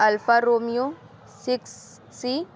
alpha romeo six C